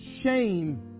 shame